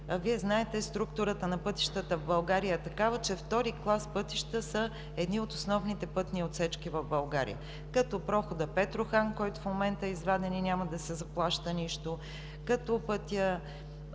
Вие знаете, че структурата на пътищата в България е такава, че втори клас пътища са едни от основните пътни отсечки в страната, като прохода Петрохан“, който в момента е изваден и няма да се заплаща нищо за